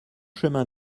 chemin